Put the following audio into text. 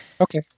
Okay